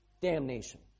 damnation